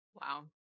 Wow